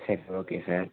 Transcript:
சரி okay sir